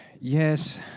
Yes